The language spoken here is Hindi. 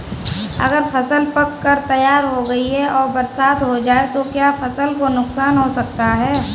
अगर फसल पक कर तैयार हो गई है और बरसात हो जाए तो क्या फसल को नुकसान हो सकता है?